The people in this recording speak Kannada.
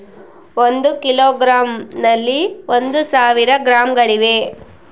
ಒಂದು ಕಿಲೋಗ್ರಾಂ ನಲ್ಲಿ ಒಂದು ಸಾವಿರ ಗ್ರಾಂಗಳಿವೆ